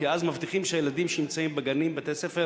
כי אז מבטיחים שהילדים שנמצאים בגנים ובבתי-ספר